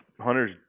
hunters